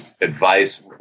advice